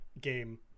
game